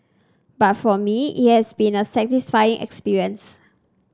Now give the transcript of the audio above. but for me it has been a satisfying experience